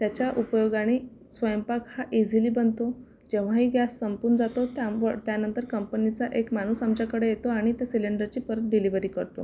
त्याच्या उपयोगाने स्वयंपाक हा ईझिली बनतो जेव्हाही गॅस संपून जातो त्याम त्यानंतर कंपनीचा एक माणूस आमच्याकडे येतो आणि त्या सिलेंडरची परत डिलिवरी करतो